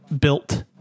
built